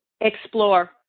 explore